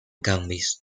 canvis